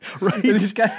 Right